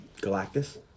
Galactus